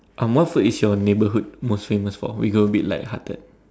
um what food is your neighborhood most famous for we go a bit light hearted